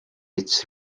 its